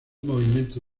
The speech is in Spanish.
movimiento